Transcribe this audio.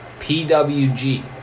PWG